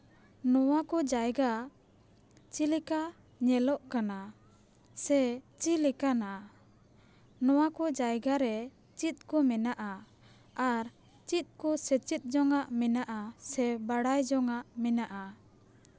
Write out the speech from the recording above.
ᱱᱚᱣᱟ ᱠᱚ ᱡᱟᱭᱜᱟ ᱪᱮᱫ ᱞᱮᱠᱟ ᱧᱮᱞᱚᱜ ᱠᱟᱱᱟ ᱥᱮ ᱪᱮᱫ ᱞᱮᱠᱟᱱᱟ ᱱᱚᱣᱟ ᱠᱚ ᱡᱟᱭᱜᱟ ᱨᱮ ᱪᱮᱫ ᱠᱚ ᱢᱮᱱᱟᱜᱼᱟ ᱟᱨ ᱪᱮᱫ ᱠᱚ ᱥᱮᱪᱮᱫ ᱡᱚᱱᱟᱜ ᱢᱮᱱᱟᱜᱼᱟ ᱥᱮ ᱵᱟᱲᱟᱭ ᱡᱚᱝᱼᱟᱜ ᱢᱮᱱᱟᱜᱼᱟ